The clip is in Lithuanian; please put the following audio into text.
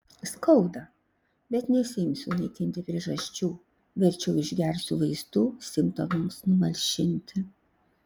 skauda bet nesiimsiu naikinti priežasčių verčiau išgersiu vaistų simptomams numalšinti